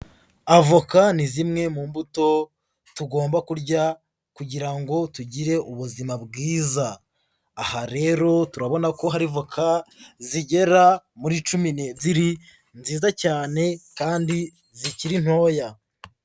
Avoka ni zimwe mu mbuto tugomba kurya kugira ngo tugire ubuzima bwiza, aha rero turabona ko hari voka zigera muri cumi n'ebyiri nziza cyane kandi zikiri ntoya.